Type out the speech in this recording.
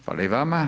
Hvala i vama.